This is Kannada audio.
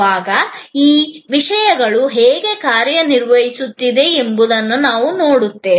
ನಾವು ವಿಭಿನ್ನ ಉದಾಹರಣೆಗಳನ್ನು ತೆಗೆದುಕೊಳ್ಳುವಾಗ ಈ ವಿಷಯಗಳು ಹೇಗೆ ಕಾರ್ಯನಿರ್ವಹಿಸುತ್ತವೆ ಎಂಬುದನ್ನು ನಾವು ನೋಡುತ್ತೇವೆ